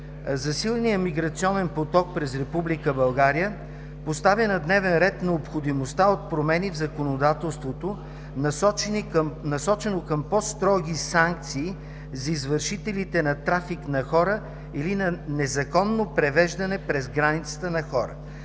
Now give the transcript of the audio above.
засиленият миграционен поток през Република България поставя на дневен ред необходимостта от промени в законодателството, насочени към по-строги санкции за извършителите на трафик на хора или на незаконно превеждане на хора